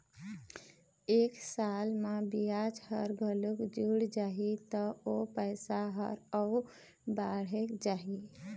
एक साल म बियाज ह घलोक जुड़ जाही त ओ पइसा ह अउ बाड़गे जाही